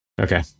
Okay